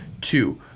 Two